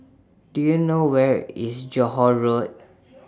Do YOU know Where IS Johore Road